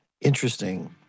Interesting